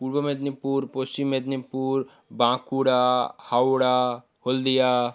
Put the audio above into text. Purba Medinipur Paschim Medinipur Bankura Howrah Haldia